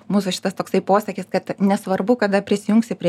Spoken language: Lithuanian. mūsų šitas toksai posakis kad nesvarbu kada prisijungsi prie